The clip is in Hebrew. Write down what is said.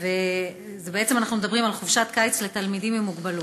אנחנו בעצם מדברים על חופשת קיץ לתלמידים עם מוגבלות.